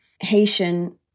Haitian